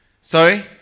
sorry